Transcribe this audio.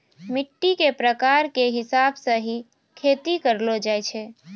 मिट्टी के प्रकार के हिसाब स हीं खेती करलो जाय छै